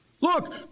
Look